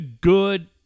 good